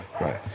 Right